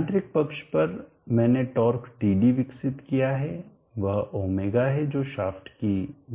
यांत्रिक पक्ष पर मैंने टॉर्क Td विकसित किया है वह ω है जो शाफ्ट की